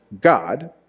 God